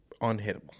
unhittable